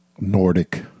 Nordic